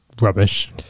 rubbish